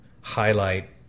highlight